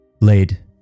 laid